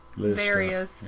various